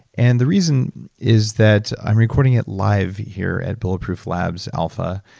and the reason is that i'm recording it live here at bulletproof labs alpha.